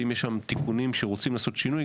ואם יש שם תיקונים שרוצים לעשות שינוי,